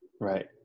Right